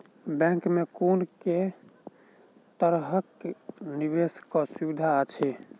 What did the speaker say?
Bank मे कुन केँ तरहक निवेश कऽ सुविधा अछि?